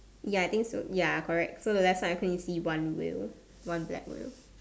ya I think so ya correct so the left side I think you see one wheel one black wheel